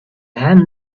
hand